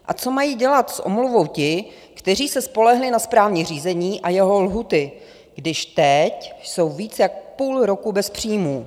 A co mají dělat s omluvou ti, kteří se spolehli na správní řízení a jeho lhůty, když teď jsou víc jak půl roku bez příjmů?